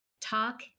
talk